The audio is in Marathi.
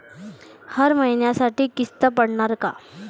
हर महिन्यासाठी किस्त पडनार का?